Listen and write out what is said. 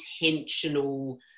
intentional